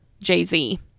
jay-z